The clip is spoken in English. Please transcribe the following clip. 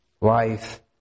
life